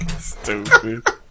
Stupid